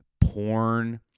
porn